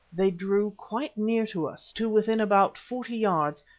they drew quite near to us, to within about forty yards,